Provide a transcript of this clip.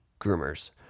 groomers